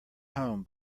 home